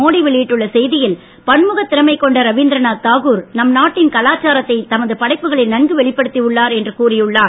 மோடி வெளியிட்டுள்ள செய்தியில் பன்முகத் திறமை கொண்ட ரவீந்திரநாத் தாகூர் நம் நாட்டின் கலாச்சாரத்தை தமது படைப்புகளில் நன்கு வெளிப்படுத்தி உள்ளார் என்று கூறியுள்ளார்